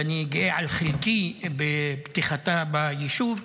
ואני גאה על חלקי בפתיחתה ביישוב,